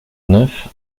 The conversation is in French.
neuf